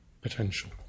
potential